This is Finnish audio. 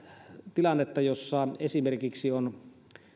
tilannetta että on esimerkiksi